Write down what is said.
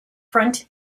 front